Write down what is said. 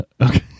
Okay